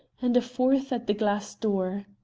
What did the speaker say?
and a fourth at the glass door.